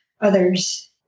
others